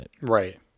Right